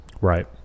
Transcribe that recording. right